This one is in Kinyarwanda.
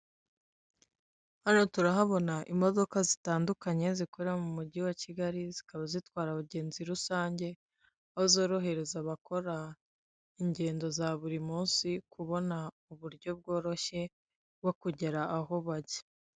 Hano turahabona imodoka zitandukanye zikorera mu mugi wa Kigali zikaba zitwara abagenzi rusange, aho zorohereza abakora ingendo za buri munsi kubona uburyo bworoshye bwo kugera aho bajya.